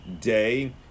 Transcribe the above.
day